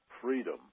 freedom